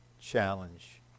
challenge